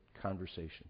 conversation